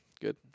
good